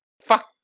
Fuck